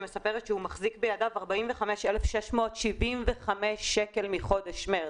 שמספרת שהוא מחזיק בידיו 45,675 שקל מחודש מרץ.